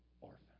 orphan